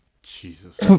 jesus